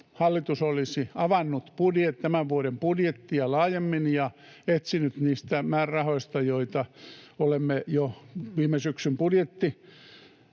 hallitus olisi avannut tämän vuoden budjettia laajemmin ja etsinyt leikkauksia niistä määrärahoista, joita olemme jo viime syksyn